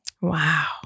Wow